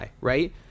right